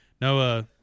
No